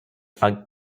are